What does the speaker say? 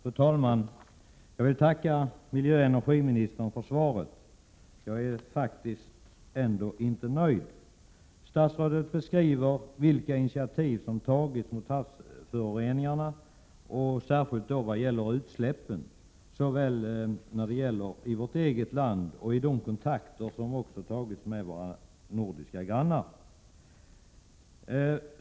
Fru talman! Jag vill tacka miljöoch energiministern för svaret, men jag är faktiskt inte nöjd. Statsrådet beskrev vilka initiativ som har tagits mot havsföroreningarna. Hon berörde särskilt utsläppen och redogjorde för förhållandena beträffande vårt eget land liksom också för våra kontakter med de nordiska grannländerna.